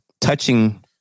touching